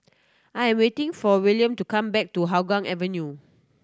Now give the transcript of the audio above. I am waiting for Wilhelm to come back to Hougang Avenue